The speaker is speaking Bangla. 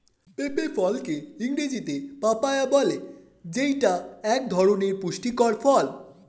পেঁপে ফলকে ইংরেজিতে পাপায়া বলে যেইটা এক ধরনের পুষ্টিকর ফল